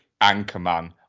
Anchorman